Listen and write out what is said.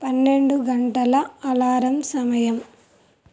పన్నెండు గంటల అలారం సమయం